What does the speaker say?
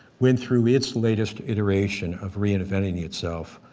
went through its latest iteration of reinventing itself,